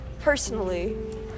personally